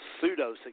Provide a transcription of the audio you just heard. pseudo